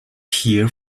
here